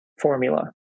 formula